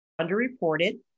underreported